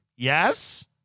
Yes